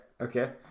okay